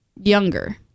younger